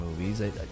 movies